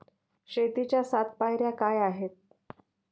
शेतीच्या सात पायऱ्या काय आहेत?